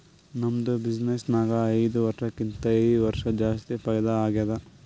ನಮ್ದು ಬಿಸಿನ್ನೆಸ್ ನಾಗ್ ಐಯ್ದ ವರ್ಷಕ್ಕಿಂತಾ ಈ ವರ್ಷ ಜಾಸ್ತಿ ಫೈದಾ ಆಗ್ಯಾದ್